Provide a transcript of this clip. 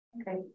Okay